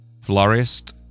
florist